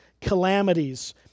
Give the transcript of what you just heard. calamities